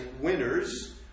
winners